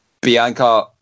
Bianca